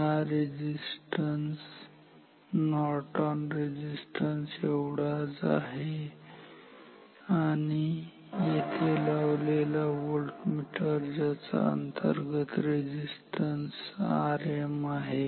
हा resistance Norton resistance Norton's resistance एवढाच आहे आणि येथे लावलेला व्होल्टमीटर ज्याचा अंतर्गत रेझिस्टन्स Rm आहे